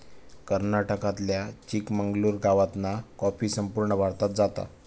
कर्नाटकातल्या चिकमंगलूर गावातना कॉफी संपूर्ण भारतात जाता